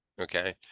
okay